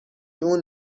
اون